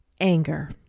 anger